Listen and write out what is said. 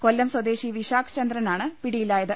കൊല്ലം സ്വദേശി വിശാഖ് ചന്ദ്ര നാണ് പിടിയിലായത്